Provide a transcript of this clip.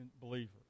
believer